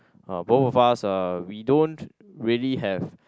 uh both of us uh we don't really have